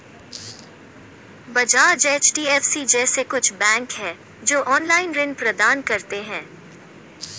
Bajaj, HDFC जैसे कुछ bank है, जो ऑनलाईन ऋण प्रदान करते हैं